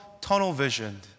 tunnel-visioned